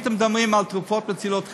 הייתם מדברים על תרופות מצילות חיים,